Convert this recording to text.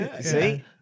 See